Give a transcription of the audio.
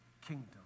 kingdom